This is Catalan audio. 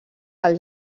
del